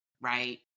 right